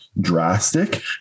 drastic